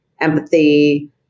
empathy